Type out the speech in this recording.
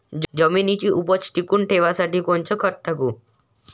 जमिनीची उपज टिकून ठेवासाठी कोनचं खत टाकू?